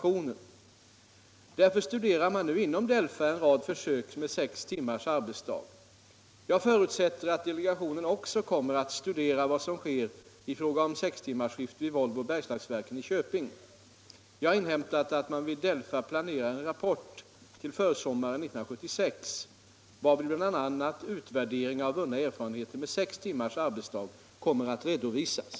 Därför studerar man nu inom DELFA en rad försök med sex timmars arbetsdag. Jag förutsätter att delegationen också kommer att studera vad som sker i fråga om sextimmarsskift vid Volvo Bergslagsverken i Köping. Jag har inhämtat att man inom DELFA planerar en rapport till försommaren 1976 varvid bl.a. utvärderingar av vunna erfarenheter med sex timmars arbetsdag kommer att redovisas.